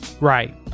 right